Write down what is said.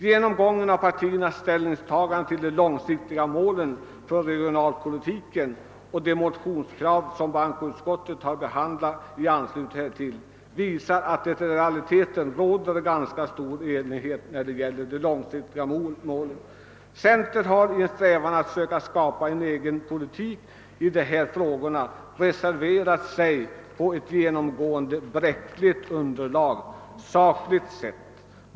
Genomgången av partiernas ställningstaganden till de långsiktiga målen för regionalpolitiken och till de motionskrav som bankoutskottet har behandlat i anslutning härtill visar att det i realiteten råder ganska stor enighet om de långsiktiga målen. Centern har i strävan att söka skapa en egen politik i dessa frågor reserverat sig på ett genomgående bräckligt underlag, sakligt sett.